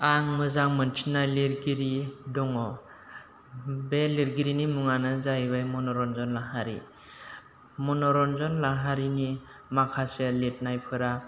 आं मोजां मोनसिननाय लिरगिरि दङ बे लिरगिरिनि मुङानो जायैबाय मन'रन्जन लाहारी मन'रन्जन लाहारीनि माखासे लिरनायफोरा